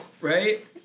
Right